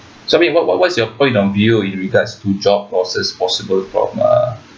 sorry what what what's your point of view in regards to job losses possible from uh